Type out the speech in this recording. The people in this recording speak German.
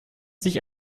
sich